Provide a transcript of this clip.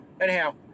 anyhow